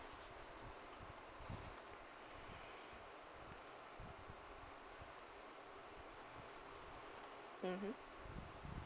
mmhmm